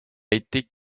été